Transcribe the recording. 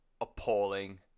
appalling